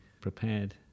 prepared